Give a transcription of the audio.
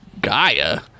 Gaia